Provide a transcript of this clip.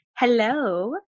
Hello